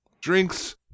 drinks